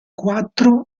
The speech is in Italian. quattro